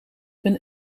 ben